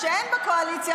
כשהן בקואליציה,